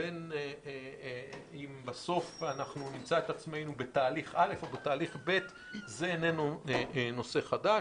בין אם בסוף נמצא את עצמנו בתהליך א' או תהליך ב'- זה איננו נושא חדש.